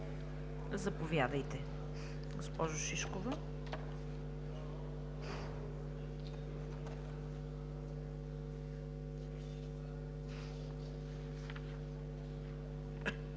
Заповядайте, госпожо Шишкова.